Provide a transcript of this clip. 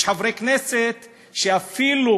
יש חברי כנסת שאפילו